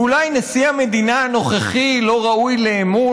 ואולי נשיא המדינה הנוכחי לא ראוי לאמון?